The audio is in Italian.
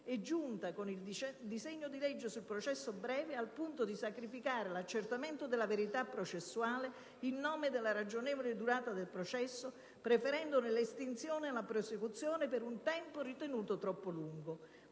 è giunta, con il disegno di legge sul processo breve, al punto di sacrificare l'accertamento della verità processuale in nome della ragionevole durata del processo, preferendone l'estinzione alla prosecuzione per un tempo ritenuto troppo lungo.